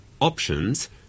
options